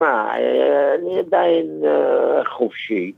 ‫מה, אה... אני עדיין אה... חופשי.